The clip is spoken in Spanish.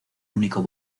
único